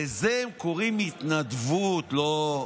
לזה הם קוראים התנדבות, "לא,